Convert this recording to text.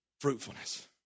Fruitfulness